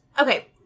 okay